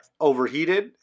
overheated